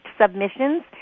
submissions